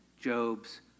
Job's